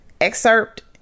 excerpt